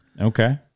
Okay